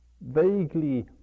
vaguely